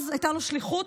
אז הייתה לנו שליחות,